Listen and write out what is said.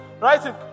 right